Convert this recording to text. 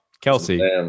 Kelsey